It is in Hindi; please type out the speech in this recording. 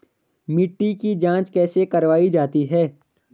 मिट्टी की जाँच कैसे करवायी जाती है?